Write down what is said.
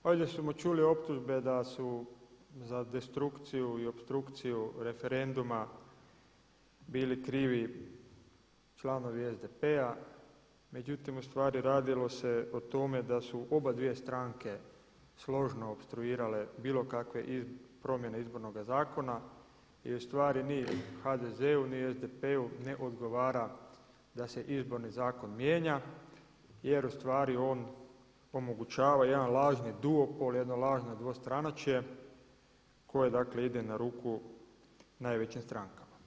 Ovdje smo čuli optužbe da su za destrukciju i opstrukciju referenduma bili krivi članovi SDP-a, međutim ustvari radilo se o tome da su obje stranke složno opstruirale bilo kakve promjene Izbornog zakona i ustvari ni HDZ-u ni SDP-u ne odgovara da se Izborni zakon mijenja jer ustvari on omogućava jedan lažni duopol, jedno lažno dvostranačje koje dakle ide na ruku najvećim strankama.